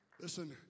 Listen